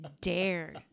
dare